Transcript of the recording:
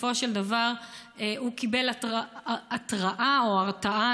בסופו של דבר הוא קיבל התראה או הרתעה,